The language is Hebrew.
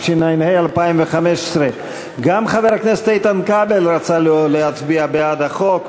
התשע"ה 2015. גם חבר הכנסת איתן כבל רצה להצביע בעד החוק,